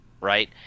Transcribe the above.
right